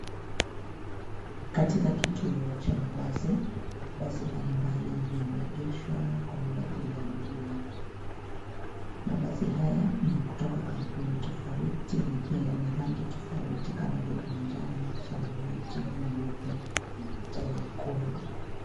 Katika kituo cha mabasi. Basi mbalimbali yameegeshwa kwa minajili ya abiria kuabiri. Mabasi haya ni ya kutoka kampuni tofauti na pia yana rangi tofauti kama vile manjano, samawati, nyeupe na hata nyekundu.